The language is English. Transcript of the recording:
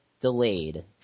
delayed